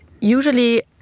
usually